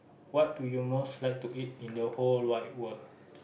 what do you most like to eat in the whole wide world